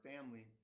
family